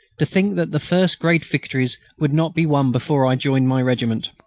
to think that the first great victories would not be won before i joined my regiment.